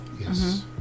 Yes